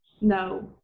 No